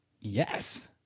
yes